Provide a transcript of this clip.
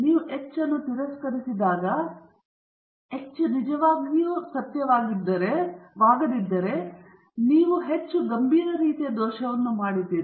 ನೀವು H ಅನ್ನು ತಿರಸ್ಕರಿಸಿದಾಗ H ನಿಜವಾಗಲೂ ಸತ್ಯವಾಗದಿದ್ದರೆ ನೀವು ಹೆಚ್ಚು ಗಂಭೀರ ರೀತಿಯ ದೋಷವನ್ನು ಮಾಡಿದ್ದೀರಿ